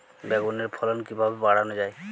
বেগুনের ফলন কিভাবে বাড়ানো যায়?